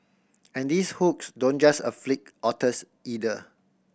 and these hooks don't just afflict otters either